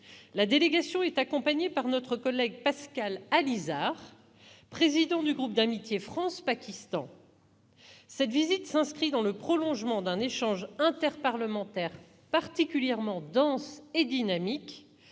La délégation est accompagnée par notre collègue Pascal Allizard, président du groupe d'amitié France-Pakistan. Cette visite s'inscrit dans le prolongement d'un échange interparlementaire particulièrement dense et dynamique,